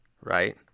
right